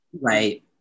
Right